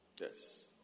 Yes